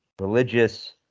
religious